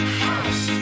house